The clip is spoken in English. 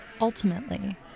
ultimately